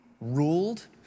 ruled